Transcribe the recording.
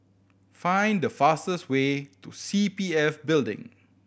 find the fastest way to C P F Building